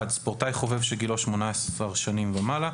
(1)ספורטאי חובב שגילו 18 שנים ומעלה,